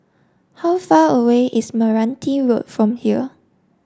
how far away is Meranti Road from here